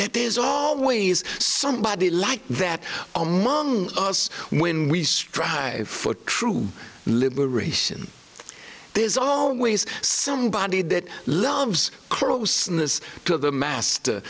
is always somebody like that among us when we strive for true liberation there's always somebody that loves closeness to the master